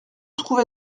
trouvé